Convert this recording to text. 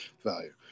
value